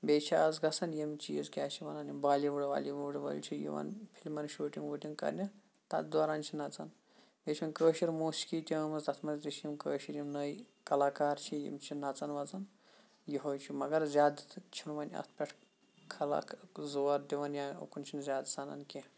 بیٚیہِ چھِ آز گژھان یِم چیٖز کیاہ چھِ وَنان یِم بالی وُڈ والی وُڈ وٲلۍ چھِ یِوان فِلمن شوٗٹِنگ ووٗٹِنگ کرنہِ تَتھ دوران چھِ نژان ییٚتہِ چھِ کٲشِر موسِقی تہِ آمٕژ اَتھ منٛز تہِ چھِ یِم کٲشِر یِم نٔے کَلاکار چھِ یِم چھِ نژان وَژان یِہوے چھُ مَگر زیادٕ چھُنہٕ وۄنۍ اَتھ پٮ۪ٹھ خلق زور دِوان یا اُکُن چھنہٕ زیادٕ سَنان کیٚنٛہہ